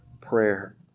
prayer